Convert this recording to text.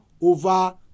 over